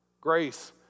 grace